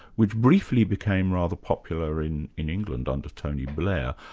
which briefly became rather popular in in england under tony blair,